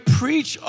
preach